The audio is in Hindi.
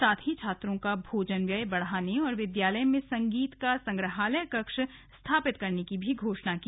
साथ ही छात्रों का भोजन व्यय बढ़ाने और विद्यालय में संगीत का संग्रहालय कक्ष स्थापित करने की भी घोषणा की